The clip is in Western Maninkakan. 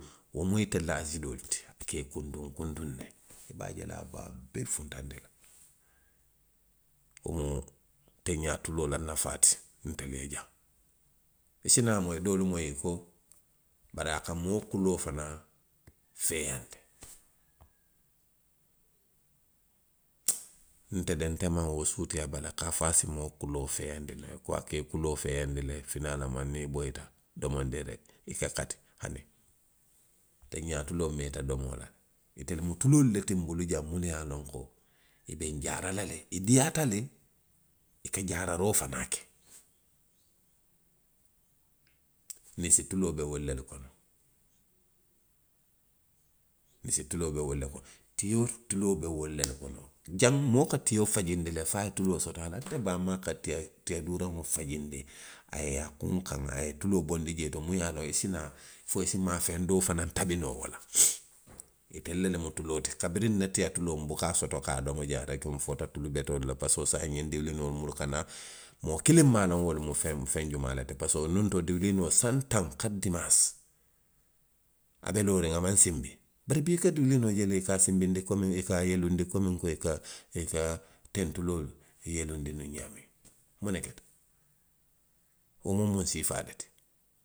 Wo mu telu la asiidoo le ti. A ka i kuntuŋ kuntuŋ ne. I be a je la a be a bee funtandi la. Wo mu teŋ ňaa tuloo la nafaa ti ntelu ye jaŋ. I si naa moyi doolu moyi i ko bari a moo kuloo fanaŋ feeyaandi. Nte de, nte maŋ wo suutee a bala ka a fo a se moo kuloo feeyaandi noo, i ko a ka i kuloo feeyaandi le finaalomaŋ niŋ i boyita. domondiŋ reki, i ka kati, hani. Teŋ ňaa tuloo meeta domoo la. Itelu mu tuloolu le tinbulu jaŋ munnu ye a loŋ ko i be njaara la le. I diiyaata le. i ka jaararoo fanaŋ ke. Ninsi tuloo be wo lellu kono. ninsi tuloo be wolu le kono, tio tuloo be wo lelu kono. Jaŋ, moo ka tio fajindi le fo a ye tuloo soto, baamaa ka tiya, tiya duuraŋo fajindi, a ye a, a ye tuloo bondi jee to muŋ. Ye a loŋ i si naa, fo i si maafeŋ doo fanaa tabi noo wo la. itelu lemu tuloo ti kabiriwnna tiya tuloo nbuka a soto ka a domo jaŋ reki, nfoota tulu betoolu la parisiko saayiŋ ňiŋ duwiliinoolu minnu ka naa. moo kiliŋ maŋ a loŋ wolu mu feŋ, feŋ jumaa le ti, parisiko nuŋ to, duwiliinoo saŋ taŋ kaati dimaasi, a be looriŋ, a maŋ sinbi. Bari bii i ka duwiliinoo je le i ka a sinbindi komi, i ka a yeelundi komi ko i ka, i ka tentuloo yeelundi nuŋ ňaamiŋ. muŋ ne keta? Wo muŋ siifaa le ti.